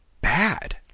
bad